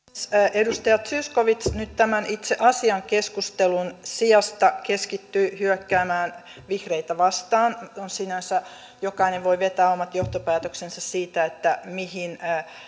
edustaja zyskowicz nyt tämän itse asiasta keskustelun sijasta keskittyy hyökkäämään vihreitä vastaan jokainen voi vetää omat johtopäätöksensä siitä mihin